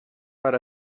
per